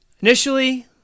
initially